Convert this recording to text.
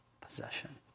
possession